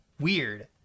weird